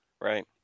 Right